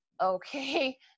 Okay